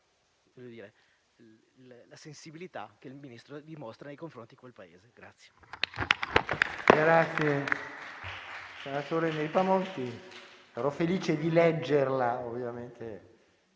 la sensibilità che il Ministro dimostra nei confronti di quel Paese.